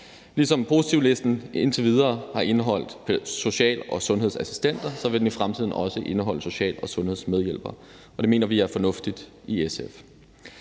Ligesom positivlisten indtil videre har indeholdt social- og sundhedsassistenter, vil den i fremtiden også indeholde social- og sundhedsmedhjælpere. Det mener vi i SF er fornuftigt.